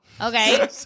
Okay